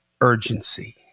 urgency